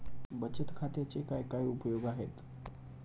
बचत खात्याचे काय काय उपयोग आहेत?